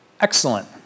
Excellent